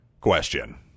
question